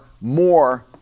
more